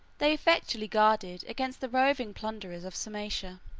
they effectually guarded against the roving plunderers of sarmatia,